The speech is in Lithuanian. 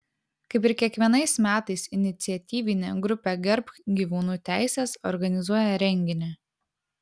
kaip ir kiekvienais metais iniciatyvinė grupė gerbk gyvūnų teises organizuoja renginį